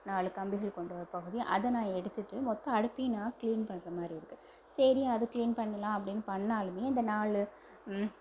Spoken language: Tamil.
நாலு கம்பிகள் கொண்ட ஒரு பகுதி அதை நான் எடுத்துட்டு மொத்த அடுப்பையும் நான் க்ளீன் பண்ணுற மாதிரி இருக்குது சரி அது க்ளீன் பண்ணலாம் அப்படின்னு பண்ணாலுமே அந்த நாலு